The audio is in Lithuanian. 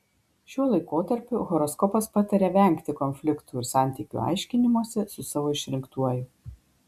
šiuo laikotarpiu horoskopas pataria vengti konfliktų ir santykių aiškinimosi su savo išrinktuoju